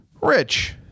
Rich